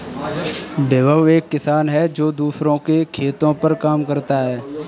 विभव एक किसान है जो दूसरों के खेतो पर काम करता है